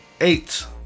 Eight